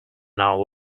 now